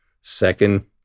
Second